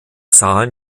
zahlen